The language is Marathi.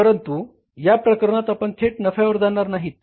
परंतु या प्रकरणात आपण थेट नफ्यावर जाणार नाहीत